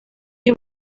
iyo